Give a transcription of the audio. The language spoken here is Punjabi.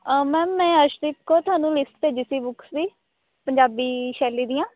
ਮੈਮ ਮੈਂ ਅਰਸ਼ਪ੍ਰੀਤ ਕੌਰ ਤੁਹਾਨੂੰ ਲਿਸਟ ਭੇਜੀ ਸੀ ਬੁੱਕਸ ਦੀ ਪੰਜਾਬੀ ਸ਼ੈਲੀ ਦੀਆਂ